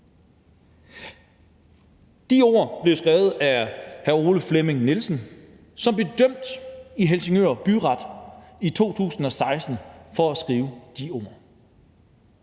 De ord blev skrevet af hr. Ole Flemming Nielsen, som blev dømt ved Helsingør Byret i 2016 for at skrive de ord.